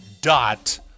dot